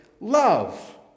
love